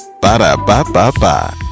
Ba-da-ba-ba-ba